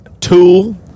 tool